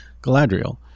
galadriel